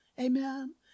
Amen